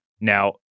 Now